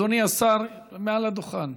אדוני השר, מעל הדוכן,